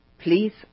Please